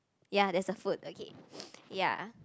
ya that's a food okay ya